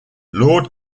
lord